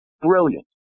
brilliant